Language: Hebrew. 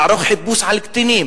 לערוך חיפוש על קטינים,